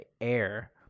air